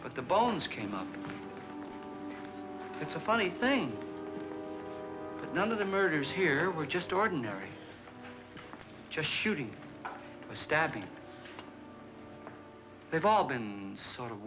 but the bones came up it's a funny thing that none of the murders here were just ordinary just shooting a stabbing they've all been sort of